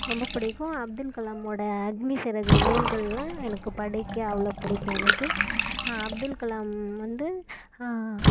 ரொம்ப பிடிக்கும் அப்துகலாவோட அக்னி சிறகுகள் நூல்கள்லாம் எனக்கு படிக்க அவ்ளோ பிடிக்கும் எனக்கு அப்துல்கலாம் வந்து